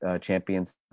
Champions